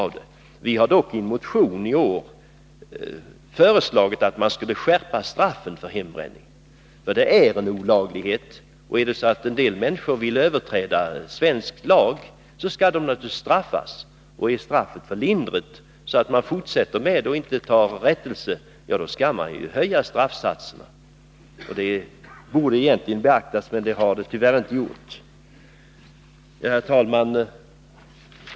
Vi har dock i en motion i år föreslagit att man skulle skärpa straffen för hembränning. Den är en olaglighet, och om en del människor överträder svensk lag skall de naturligtvis straffas. Är straffet för lindrigt, så att de fortsätter sin verksamhet och inte tar rättelse, skall man ju höja straffsatserna. Den synpunkten borde beaktas, men så har inte skett. 37 Herr talman!